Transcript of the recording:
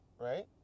Right